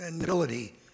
ability